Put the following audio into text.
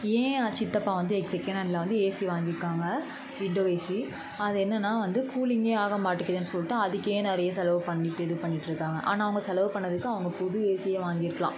என் சித்தப்பா வந்து செகண்ட் ஹேண்ட்ல வந்து ஏசி வாங்கியிருக்காங்க விண்டோ ஏசி அது என்னென்னா வந்து கூலிங்கே ஆகமாட்டேக்கிதுனு சொல்லிட்டு அதுக்கே நிறைய செலவு பண்ணிட்டு இது பண்ணிகிட்ருக்காங்க ஆனால் அவங்க செலவு பண்ணதுக்கு அவங்க புது ஏசியே வாங்கிருக்கலாம்